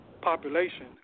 population